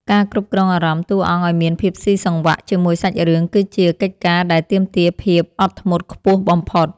ការគ្រប់គ្រងអារម្មណ៍តួអង្គឱ្យមានភាពស៊ីសង្វាក់ជាមួយសាច់រឿងគឺជាកិច្ចការដែលទាមទារភាពអត់ធ្មត់ខ្ពស់បំផុត។